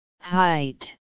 Height